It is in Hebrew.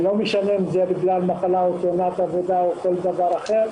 ולא משנה אם בגלל מחלה או תאונת עבודה או כל דבר אחר,